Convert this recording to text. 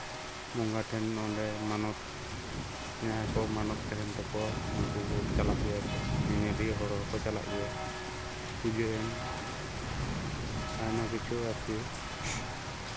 ᱵᱚᱸᱜᱟ ᱴᱷᱮᱱ ᱢᱟᱱᱚᱛ ᱡᱟᱦᱟᱸ ᱠᱚ ᱢᱟᱱᱚᱛ ᱛᱟᱦᱮᱱ ᱛᱟᱠᱚᱣᱟ ᱩᱱᱠᱩ ᱠᱚ ᱪᱟᱞᱟᱜ ᱜᱮᱭᱟ ᱠᱚ ᱧᱮᱧᱮᱞᱤᱭᱟᱹ ᱦᱚᱲ ᱦᱚᱸ ᱠᱚ ᱪᱟᱞᱟᱜ ᱜᱮᱭᱟ ᱯᱩᱡᱟᱹ ᱮᱢ ᱟᱭᱢᱟ ᱠᱤᱪᱷᱩ ᱟᱨᱠᱤ